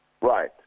Right